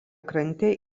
krante